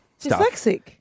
Dyslexic